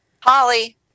Holly